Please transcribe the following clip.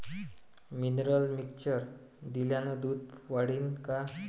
Mineral mixture दिल्यानं दूध वाढीनं का?